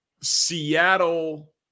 Seattle